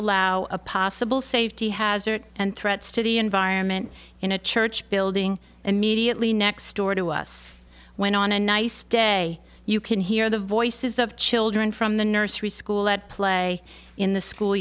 allow a possible safety hazard and threats to the environment in a church building immediately next door to us went on a nice day you can hear the voices of children from the nursery school that play in the school